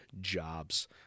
jobs